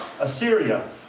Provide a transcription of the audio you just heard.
Assyria